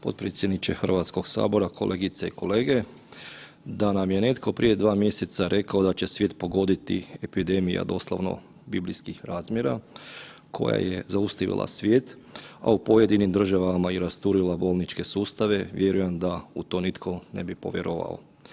Potpredsjedniče Hrvatskog sabora, kolegice i kolege da nam je netko prije 2 mjeseca rekao da će svijet pogoditi epidemija doslovno biblijskih razmjera koja je zaustavila svijet, a u pojedinim državama i rasturila bolničke sustave, vjerujem da u to nitko ne bi povjerovao.